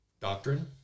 doctrine